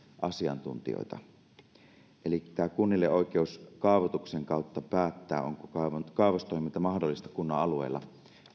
asiantuntijoita eli tätä että kunnille oikeus kaavoituksen kautta päättää onko kaivostoiminta mahdollista kunnan alueella